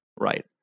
right